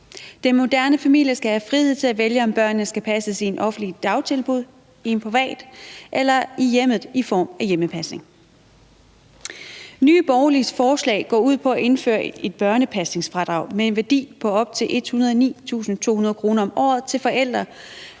Den moderne familie skal have frihed til at vælge, om børnene skal passes i et offentligt dagtilbud, i et privat dagtilbud eller i hjemmet i form af hjemmepasning. Nye Borgerliges forslag går ud på at indføre et børnepasningsfradrag med en værdi på op til 109.200 kr. om året til forældre,